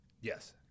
Yes